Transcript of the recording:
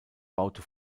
baute